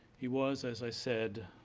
he was as i said,